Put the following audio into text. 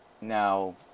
Now